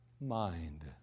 mind